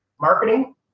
marketing